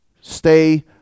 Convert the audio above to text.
Stay